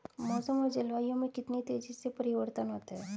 मौसम और जलवायु में कितनी तेजी से परिवर्तन होता है?